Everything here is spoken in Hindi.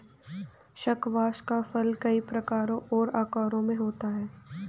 स्क्वाश का फल कई प्रकारों और आकारों में होता है